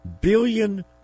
billion